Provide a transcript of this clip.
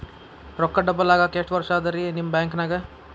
ರೊಕ್ಕ ಡಬಲ್ ಆಗಾಕ ಎಷ್ಟ ವರ್ಷಾ ಅದ ರಿ ನಿಮ್ಮ ಬ್ಯಾಂಕಿನ್ಯಾಗ?